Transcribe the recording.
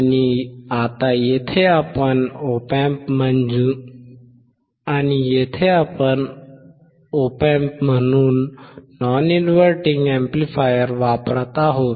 आणि आता येथे आपण Op Amp म्हणून नॉन इनव्हर्टिंग अॅम्प्लिफायर वापरत आहोत